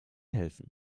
helfen